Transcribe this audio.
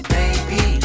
baby